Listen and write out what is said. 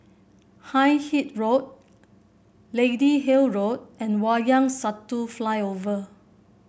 Hindhede Road Lady Hill Road and Wayang Satu Flyover